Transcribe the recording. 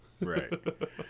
Right